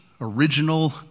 original